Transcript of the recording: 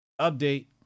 Update